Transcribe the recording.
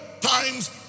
times